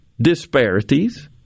disparities